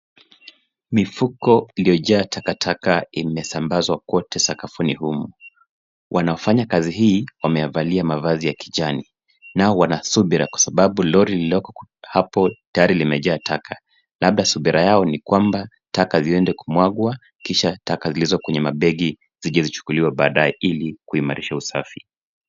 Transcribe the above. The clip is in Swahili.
Mifuko iliyojaa takataka imesambazwa kwote sakafuni humu. Wanaofanya kazi hii wameyavalia mavazi ya kijani na wanasubira kwa sababu lori lililoko hapo gari limejaa taka, labda subira yao ni kwamba taka ziende kumwagwa kisha taka zilizo kwa mabegi zije zichukuliwe badae, ili kuimarisha usafi.